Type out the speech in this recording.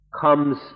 comes